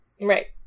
Right